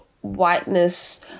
whiteness